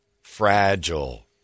Fragile